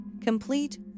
Complete